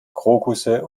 krokusse